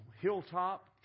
hilltop